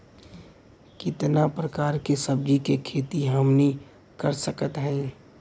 कितना प्रकार के सब्जी के खेती हमनी कर सकत हई?